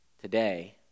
today